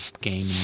game